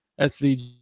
SVG